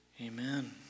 amen